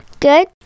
Good